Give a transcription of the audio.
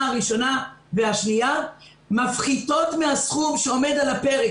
הראשונה והשנייה מפחיתות מן הסכום שעומד על הפרק,